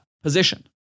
position